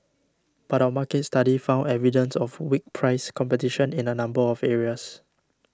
but our market study found evidence of weak price competition in a number of areas